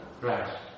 Right